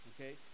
Okay